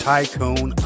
Tycoon